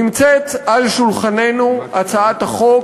נמצאת על שולחננו הצעת החוק,